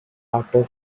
after